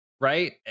right